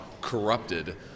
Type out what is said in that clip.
corrupted